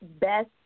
best